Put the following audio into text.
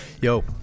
Yo